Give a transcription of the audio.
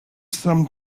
some